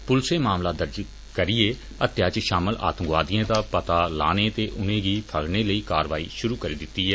पुलसै मामला दर्ज करियै हत्या च शामल आतंकवादिएं दा पता लाने ते उनेंगी फगड़ने लेई कारवाई शुरू करी दित्ती ऐ